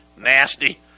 nasty